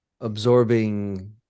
absorbing